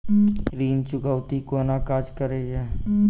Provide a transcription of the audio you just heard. ऋण चुकौती कोना काज करे ये?